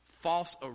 False